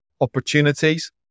opportunities